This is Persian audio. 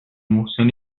محسن